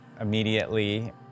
immediately